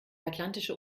atlantische